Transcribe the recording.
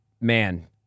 man